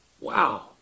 Wow